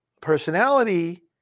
personality